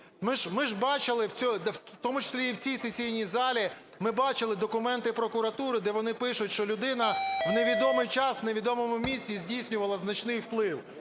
тому числі і в цій сесійній залі, ми бачили документи прокуратури, де вони пишуть, що людина у невідомий час у невідомому місці здійснювала значний впливу.